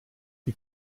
die